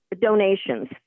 donations